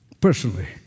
personally